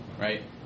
right